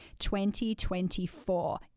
2024